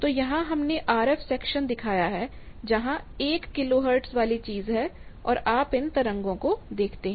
तो यहाँ हमने RF सेक्शन दिखाया हैं जहाँ 1 किलोहर्ट्ज़ वाली चीज है और आप इन तरंगों को देखते हैं